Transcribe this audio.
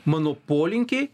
mano polinkiai